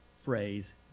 phrase